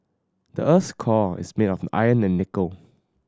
the earth core is made of iron and nickel